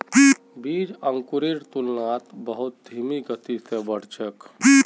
बीज अंकुरेर तुलनात बहुत धीमी गति स बढ़ छेक